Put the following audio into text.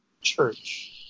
church